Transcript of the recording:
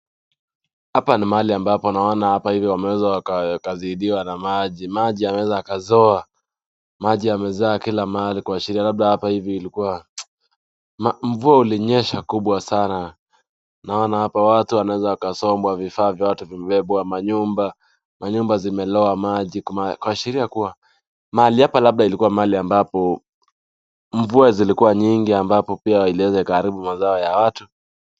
Hapa ni mahali ambapo, unaona hapa hivi wameweza wakazidiwa na maji. Maji yameweza yakazoa, maji yamezoa kila mahali kuashiria labda hapa hivi ilikua mvua ulinyesha kubwa sana. Naona hapa watu wanaweza wakazombwa, vifaa vya watu vimebebwa, manyumba zimeloa maji, kuashiria mahali hapa labda ilikuwa mahali ambapo mvua zilikua nyingi, ambapo pia iliweza ikaharibu mazao ya watu.